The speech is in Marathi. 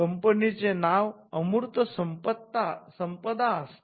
कंपनीचे नाव अमूर्त संपदा असते